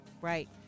right